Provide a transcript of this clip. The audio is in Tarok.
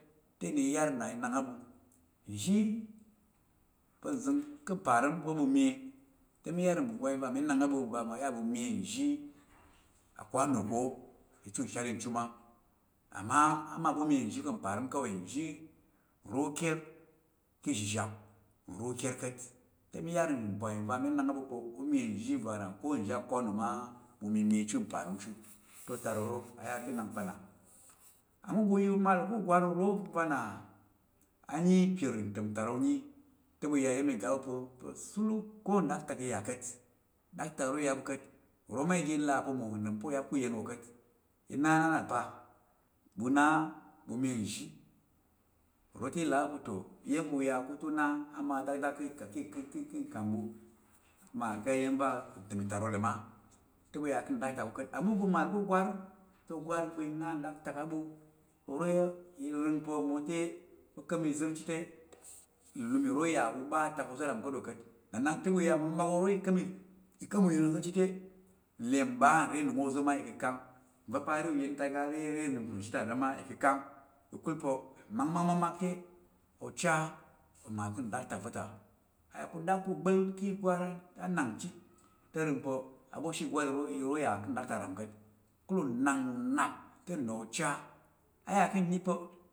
Te i ɓa i yar na i nak á ɓu. Nzhi pa̱ zəng ko ka̱ parəm va̱ ɓu mye te mi yar nbubwai va na mi nak á ɓu va̱ ɓu iya ɓu mye nzhi "akwano" ko chu nshatɗing chu ma. "Amma" amal pa̱ u mye nzhi pa̱ parəm kawai, nzhi nro ukyər ka̱ izhizhap, nro ukyer ka̱t. Te mi yar mbwai vəngva̱ mi nak á ɓu nvəngva̱ ko ɓu mye nzhi "akwano" ma i mye i chu mparəm chu te otarok ro yar chit nak pa̱ na amma u ga u mal ku ugwar uro vəngva̱ na a nyi ipir təm itarok nyi te iya̱m iga á ɓu pa̱ sur ko nɗaktak i ya ka̱t. Nɗaktak ro ya a ɓu ka̱t. Uro ma iga i là pa̱ mmawo ka̱ ɗom pa̱ o yap ku uyen wo a̱t. I na na pa. Ɓu na, ɓu mye nzhi. Uro te i là á ɓu pa̱ to, iya̱m va̱ uya ko ka̱ te una ama dakdak k- ki- ki nkam ɓu a mo dakdak ka̱ iya̱m va̱ ntəm itarok ɗom a te ɓu ya ka̱ ɗaktak ro ko ka̱t. "Amma" uga u mal ko o gwar, te o gwar ɓu i na nɗaktak á ɓu. Oro i rəng pa̱ mote o kam izər chit te ilum iro ya ɓu ɓa atak oza̱ ram ka̱t ro ka̱t. Na nak te ɓu ya oro ikam i i ka̱m uyen oza̱ chit te nle n ɓa nre anung oza̱ ma i kəka̱m. Nva̱ pa̱ are uyen ta a ga a re anung ka̱ nzhi ta va̱ ma i ka̱ka̱m. Ka̱kul pa̱ mmakmak te ocha ma ka̱ nɗaktak va̱ta. Aya pa̱ u dat chit u gba̱l ka̱ igwar anang chit te nrəng nnap aboshi ìgwar iro a ya ka̱ nɗaktak lam ka̱t ka̱kul unang náp te na ocha, a ya ka̱ nyi pa̱